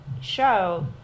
show